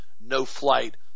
no-flight